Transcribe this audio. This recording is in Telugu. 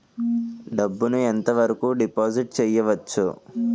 డబ్బు ను ఎంత వరకు డిపాజిట్ చేయవచ్చు?